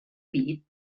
pit